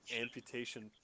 amputation